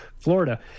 Florida